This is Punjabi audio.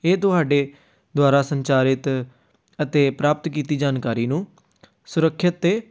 ਇਹ ਤੁਹਾਡੇ ਦੁਆਰਾ ਸੰਚਾਰਿਤ ਅਤੇ ਪ੍ਰਾਪਤ ਕੀਤੀ ਜਾਣਕਾਰੀ ਨੂੰ ਸੁਰੱਖਿਅਤ ਅਤੇ